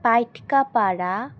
Paitkapara